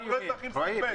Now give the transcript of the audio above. אנחנו לא אזרחים סוג ב'.